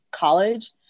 college